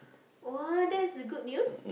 !woah! that's the good news